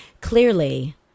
Clearly